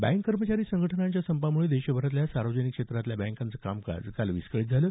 bank कर्मचारी संघटनांच्या संपामुळे देशभरातल्या सार्वजनिक क्षेत्रातल्या बँकांचं कामकाज काल विस्कळित झालं